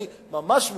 אני ממש מודאג.